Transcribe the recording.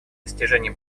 достижения